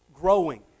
growing